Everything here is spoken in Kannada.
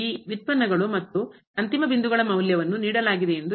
ಆ ಉತ್ಪನ್ನಗಳು ಮತ್ತು ಅಂತಿಮ ಬಿಂದುಗಳ ಮೌಲ್ಯವನ್ನು ನೀಡಲಾಗಿದೆಯೆಂದು